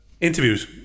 interviews